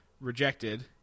rejected